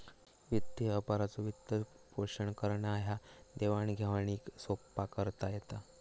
वित्तीय व्यापाराचो वित्तपोषण करान ह्या देवाण घेवाणीक सोप्पा करता येता